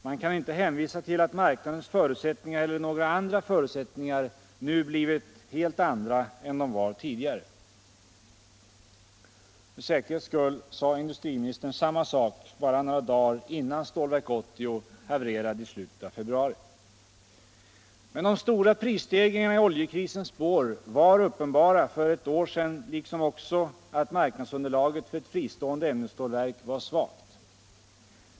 Man kan inte hänvisa till att marknadens förutsättningar eller några andra förutsättningar nu blivit helt andra än de var tidigare.” För säkerhets skull sade industriministern samma sak bara några dagar innan Stålverk 80 havererade i slutet av februari. Men de stora prisstegringarna i oljekrisens spår var uppenbara för ett år sedan liksom också att marknadsunderlaget för ett fristående ämnesstålverk var svagt.